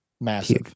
massive